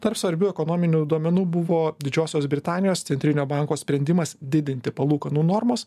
tarp svarbių ekonominių duomenų buvo didžiosios britanijos centrinio banko sprendimas didinti palūkanų normas